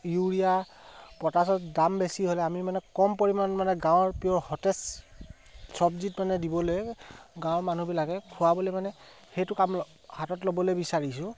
urea পটাচত দাম বেছি হ'লে আমি মানে কম পৰিমাণ মানে গাঁৱৰ পিয়ৰ সতেজ চব্জিত মানে দিবলে গাঁৱৰ মানুহবিলাকক খোৱাবলে মানে সেইটো কাম হাতত ল'বলে বিচাৰিছোঁ